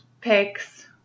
picks